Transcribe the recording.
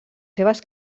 seves